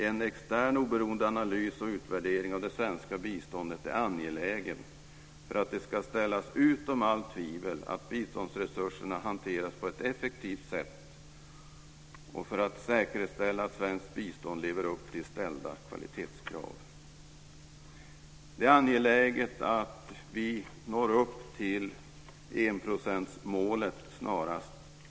En extern oberoende analys och utvärdering av det svenska biståndet är angelägen för att det ska ställas utom allt tvivel att biståndsresurserna hanteras på ett effektivt sätt och för att säkerställa att svenskt bistånd lever upp till ställda kvalitetskrav. Det är angeläget att vi snarast når upp till enprocentsmålet.